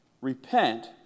repent